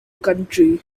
country